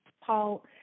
Paul